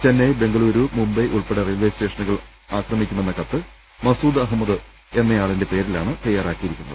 ചെന്നൈ ബെംഗളുരു മുംബൈ ഉൾപ്പെടെ റെയിൽവേ സ്റ്റേഷനുകൾ ആക്രമിക്കുമെന്ന കത്ത് മസൂദ് അഹമ്മദിന്റെ പേരിലാണ് തയ്യാറാക്കിയി രിക്കുന്നത്